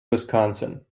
wisconsin